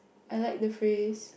I like the phrase